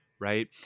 right